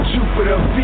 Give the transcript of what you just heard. Jupiter